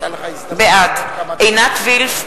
בעד עינת וילף,